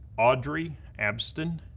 audrey abston,